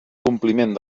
compliment